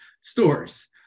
stores